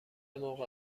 موقع